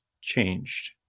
changed